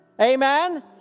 Amen